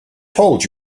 told